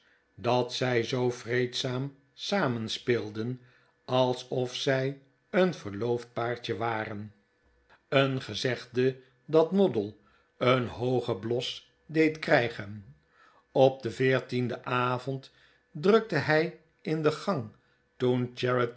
dat zij zoo vreedzaam samen speelden alsof zij een verloofd paartje waren een gezegde dat moddle een hooeen goede kans voor charity gen bios deed krijgen op den veertienden avond drukte hij in de gang toen